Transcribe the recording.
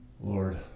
Lord